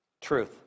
Truth